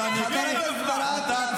יושב בממשלה הבזויה הזאת,